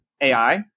AI